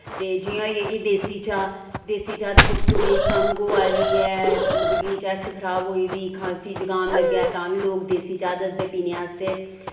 ते जि'यां होई गेआ कि देसी चाह् देसी चाह् दिक्खो कुसै ई खंघ होआ दी ऐ मतलब कि चैस्ट खराब होई गेदी खांसी जकाम लग्गेआ तां बी लोक देसी चाह् दसदे पीने आस्तै